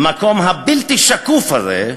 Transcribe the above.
המקום הבלתי-שקוף הזה,